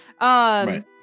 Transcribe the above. Right